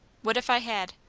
what if i had?